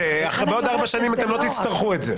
בעוד ארבע שנים לא תצטרכו את זה.